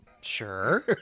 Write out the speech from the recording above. Sure